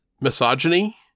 misogyny